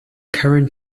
current